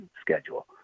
schedule